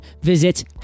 Visit